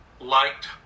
liked